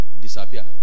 disappear